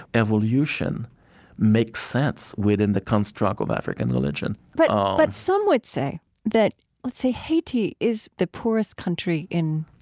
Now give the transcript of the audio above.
evolution makes sense within the construct of african religion but but some would say that let's say, haiti is the poorest country in,